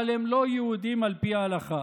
אבל הם לא יהודים על פי ההלכה,